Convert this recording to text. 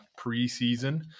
preseason